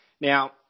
Now